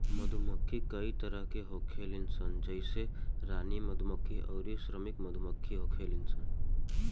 मधुमक्खी कई तरह के होखेली सन जइसे रानी मधुमक्खी अउरी श्रमिक मधुमक्खी होखेली सन